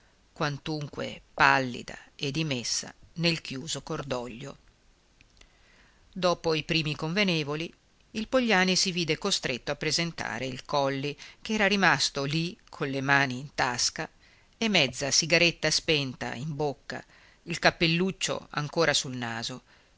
quantunque pallida e dimessa nel chiuso cordoglio dopo i primi convenevoli il pogliani si vide costretto a presentare il colli che era rimasto lì con le mani in tasca e mezza sigaretta spenta in bocca il cappelluccio ancora sul naso